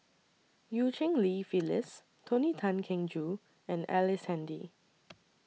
EU Cheng Li Phyllis Tony Tan Keng Joo and Ellice Handy